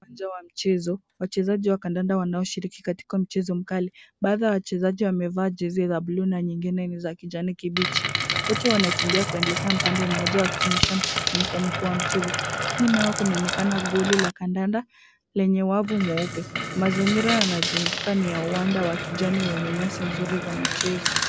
Uwanja wa michezo, wachezaji wa kandanda wanaoshiriki katika mchezo mkali, baadhi ya wachezaji wamevaa jezi za bluu na nyingine ni za kijani kibichi. Wote wanakimbia kuelekea upande mmoja wakionyesha msisimuko mkuu wa mchezo. Nyuma yao kunaonekana goli la kandanda lenye wavu mweupe, mazingira yanazunguka ni ya uwanda wa kijani wenye nyasi nzuri za michezo.